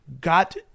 got